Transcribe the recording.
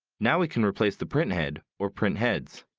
now we can replace the printhead or printheads.